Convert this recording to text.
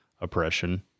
oppression